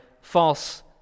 false